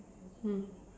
mm